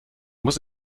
muss